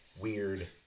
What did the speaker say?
weird